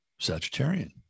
Sagittarian